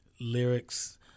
lyrics